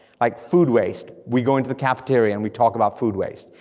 like food waste, we go into the cafeteria and we talk about food waste.